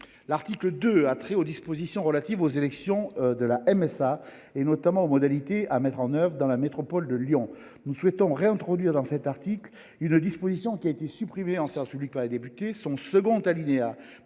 L’article 2 prévoit les dispositions relatives aux élections de la MSA, notamment les modalités à mettre en œuvre dans la métropole de Lyon. Nous souhaitons réintroduire dans cet article une disposition qui a été supprimée en séance publique par les députés. Son second alinéa